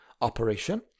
operation